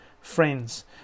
friends